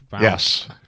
Yes